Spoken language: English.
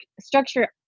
structure